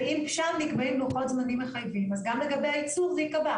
ואם שם נקבעים לוחות זמנים מחייבים אז גם לגבי ייצוא יקבע,